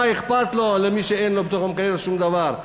מה אכפת לו ממי שאין לו במקרר שום דבר?